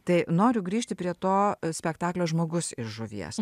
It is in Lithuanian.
tai noriu grįžti prie to spektaklio žmogus iš žuvies